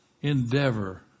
endeavor